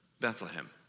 Bethlehem